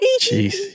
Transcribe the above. Jeez